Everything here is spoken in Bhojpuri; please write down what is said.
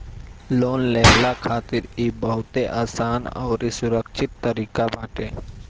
लोन लेहला खातिर इ बहुते आसान अउरी सुरक्षित तरीका बाटे